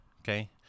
Okay